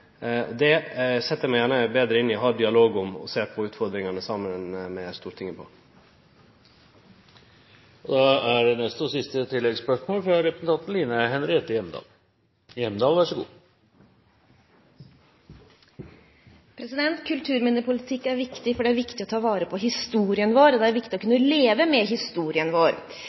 Det set eg meg gjerne betre inn i og har dialog om, og eg ser gjerne på utfordringane saman med Stortinget. Line Henriette Hjemdal – til siste oppfølgingsspørsmål. Kulturminnepolitikk er viktig, for det er viktig å ta vare på historien vår, og det er viktig å kunne leve med historien vår.